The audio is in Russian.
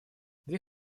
две